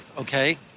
okay